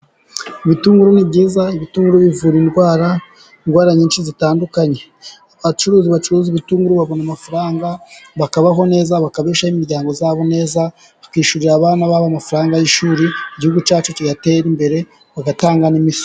Ibitunguru ni byiza, ibitunguru bivura indwara, indwara nyinshi zitandukanye, abacuruzi bacuruza ibitunguru babona amafaranga, bakabaho neza, bakabeshaho imiryango yabo neza, bakishyurira abana babo amafaranga y'ishuri, igihugu cyacu kigatera imbere, bagatanga n'imisoro.